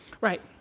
Right